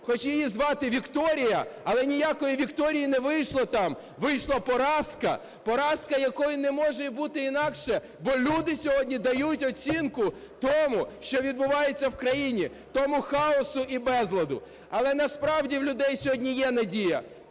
хоч її і звати Вікторія, але ніякої вікторії не вийшло там. Вийшла поразка, поразка, якої не може бути інакше, бо люди сьогодні дають оцінку тому, що відбувається в країні, тому хаосу і безладу. Але насправді в людей сьогодні є надія.